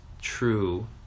true